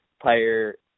player